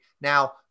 now